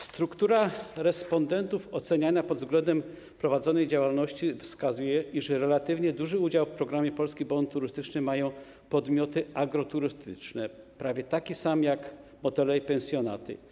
Struktura respondentów oceniana pod względem prowadzonej działalności wskazuje, iż relatywnie duży udział w programie Polski Bon Turystyczny mają podmioty agroturystyczne, prawie taki sam jak motele i pensjonaty.